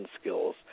skills